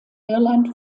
irland